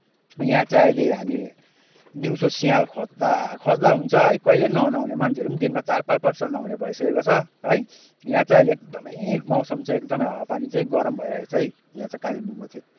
यहाँ चाहिँ अहिले हामी दिउँसो सिँयाल खोज्दा खोज्दा हुन्छ है कहिल्यै ननुहाउने मान्छे पनि दिनमा चार पाँचपल्ट नुहाउने भइसकेको छ है यहाँ चाहिँ अहिले एकदमै मौसम चाहिँ एकदमै हावापानी चाहिँ गरम भइरहेको छ है यहाँ चाहिँ कालिम्पोङको चाहिँ